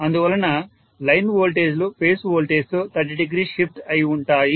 అందువలన లైన్ వోల్టేజీలు ఫేజ్ వోల్టేజితో 300 షిఫ్ట్ అయి ఉంటాయి